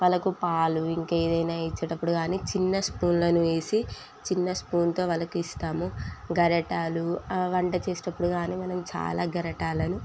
వాళ్ళకు పాలు ఇంకేది అయినా ఇచ్చేటప్పుడు కానీ చిన్న స్పూన్లను వేసి చిన్న స్పూన్తో వాళ్ళకి ఇస్తాము గరిటెలు ఆ వంట చేసేటప్పుడు కానీ మనం చాలా గరిటెలను